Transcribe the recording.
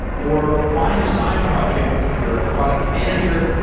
or find a side project if you're a product manager,